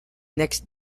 next